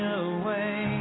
away